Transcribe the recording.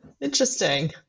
interesting